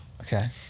Okay